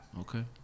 Okay